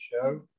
show